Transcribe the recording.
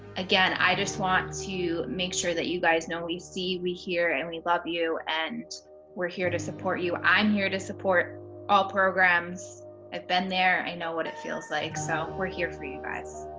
again i just want to make sure that you guys know we see we hear and we love you and we're here to support you i'm here to support all programs i've been there i know what it feels like so we're here for you guys